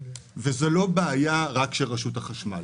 זה לא בעיה רק של רשות חשמל